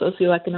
socioeconomic